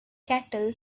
cattle